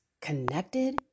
connected